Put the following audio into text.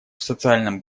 социальном